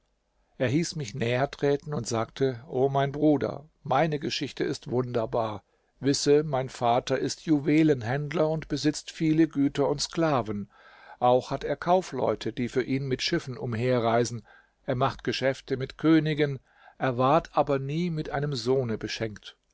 er hieß mich näher treten und sagte o mein bruder meine geschichte ist wunderbar wisse mein vater ist juwelenhändler und besitzt viele güter und sklaven auch hat er kaufleute die für ihn mit schiffen umherreisen er macht geschäfte mit königen er ward aber nie mit einem sohne beschenkt